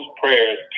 prayers